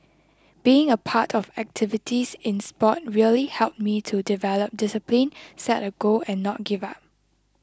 being a part of activities in sport really helped me to develop discipline set a goal and not give up